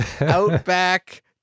Outback